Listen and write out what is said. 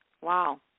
Wow